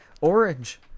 orange